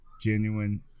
Genuine